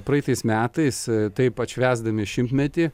praeitais metais taip atšvęsdami šimtmetį